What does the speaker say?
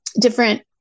different